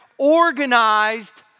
organized